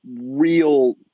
real